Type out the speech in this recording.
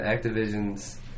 Activision's